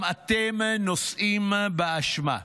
גם אתם נושאים באשמה.